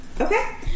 Okay